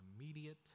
immediate